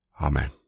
amen